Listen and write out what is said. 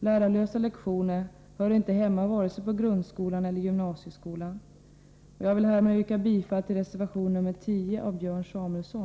Lärarlösa lektioner hör inte hemma vare sig på grundskolan eller på gymnasieskolan. Jag vill härmed yrka bifall till reservation 10 av Björn Samuelson.